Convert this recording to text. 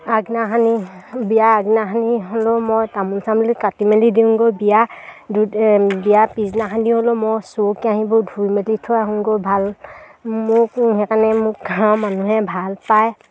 আগদিনাখনি বিয়া আগদিনাখনি হ'লেও মই তামোল চামোল কাটি মেলি দিওঁগৈ বিয়া বিয়া পিছদিনাখনি হ'লেও মই আহিব ধুই মেলি থৈ আহোগৈ ভাল মোক সেইকাৰণে মোক গাঁৱৰ মানুহে ভাল পায়